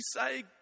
say